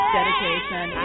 dedication